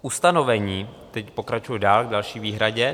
Ustanovení teď pokračuji dál k další výhradě.